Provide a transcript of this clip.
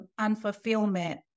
unfulfillment